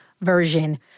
version